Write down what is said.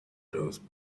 those